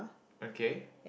okay